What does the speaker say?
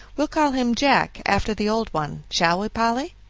we'll call him jack, after the old one shall we, polly?